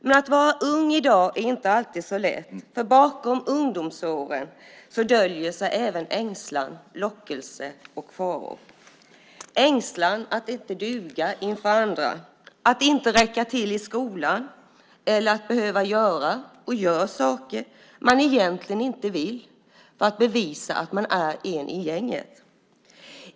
Men att vara ung i dag är inte alltid så lätt, för bakom ungdomsåren döljer sig även ängslan, lockelse och faror - ängslan att inte duga inför andra, att inte räcka till i skolan eller att man gör saker som man egentligen inte vill för att bevisa att man är en i gänget.